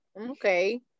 okay